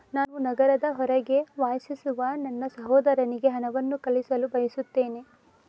ನಾನು ನಗರದ ಹೊರಗೆ ವಾಸಿಸುವ ನನ್ನ ಸಹೋದರನಿಗೆ ಹಣವನ್ನು ಕಳುಹಿಸಲು ಬಯಸುತ್ತೇನೆ